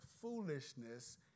foolishness